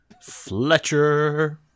Fletcher